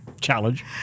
challenge